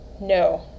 no